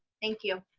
thank you.